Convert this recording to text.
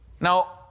Now